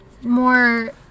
more